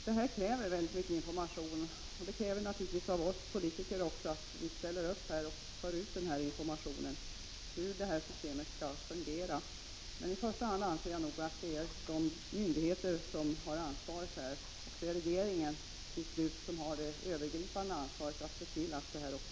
Det här kräver väldigt mycket information, och det kräver naturligtvis också av oss politiker att vi ställer upp och för ut information om hur systemet skall fungera. I första hand anser jag dock att det är myndigheterna som har ansvaret och att det är regeringen som till slut har det övergripande ansvaret att se till att det fungerar.